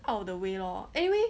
out of the way loh anyway